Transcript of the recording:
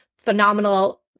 phenomenal